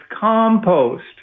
compost